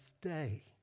day